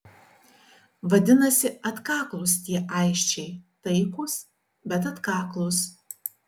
vadinasi atkaklūs tie aisčiai taikūs bet atkaklūs